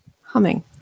Humming